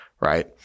right